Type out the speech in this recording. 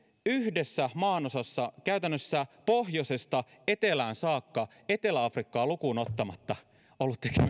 yhdessä maanosassa käytännössä pohjoisesta etelään saakka etelä afrikkaa lukuun ottamatta ollut